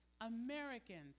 Americans